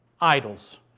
idols